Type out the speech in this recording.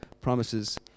promises